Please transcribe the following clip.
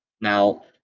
Now